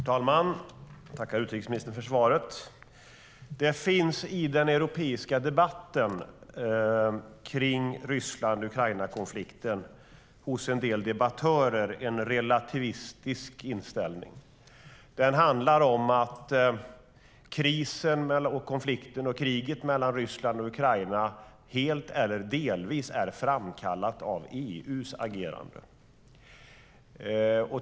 Herr talman! Jag tackar utrikesministern för svaret. Det finns i den europeiska debatten om Ryssland-Ukrainakonflikten hos en del debattörer en relativistisk inställning. Den handlar om att krisen, konflikten och kriget mellan Ryssland och Ukraina helt eller delvis har framkallats av EU:s agerande.